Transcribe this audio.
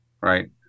right